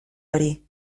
hori